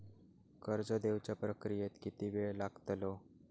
कर्ज देवच्या प्रक्रियेत किती येळ लागतलो?